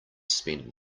spend